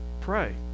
Pray